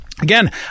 again